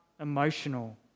emotional